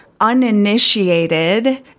uninitiated